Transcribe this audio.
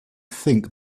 think